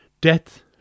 death